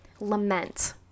lament